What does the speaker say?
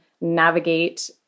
navigate